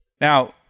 Now